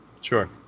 sure